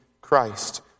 Christ